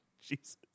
Jesus